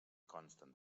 consten